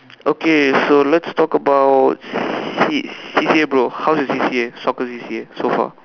okay so let's talk about C C_C_A bro how's your C_C_A soccer C_C_A